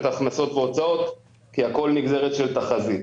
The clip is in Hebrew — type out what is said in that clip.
ההכנסות וההוצאות כי הכול נגזרת של תחזית.